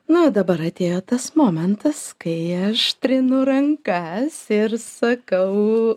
na o dabar atėjo tas momentas kai aš trinu rankas ir sakau